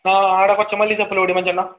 ആ അവിടെ കുറച്ച് മല്ലിച്ചപ്പ് ലോടിയ മഞ്ഞെണ്ണ